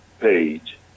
page